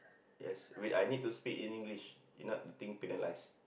yes wait I need to speak in English if not the thing penalise